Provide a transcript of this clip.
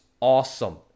awesome